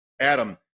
Adam